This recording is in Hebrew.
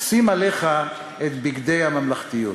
שים עליך את בגדי הממלכתיות.